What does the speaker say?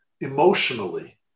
emotionally